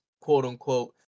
quote-unquote